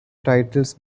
titles